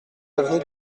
avenue